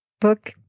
book